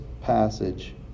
passage